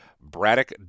Braddock